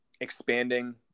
expanding